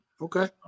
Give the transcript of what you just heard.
Okay